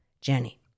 Jenny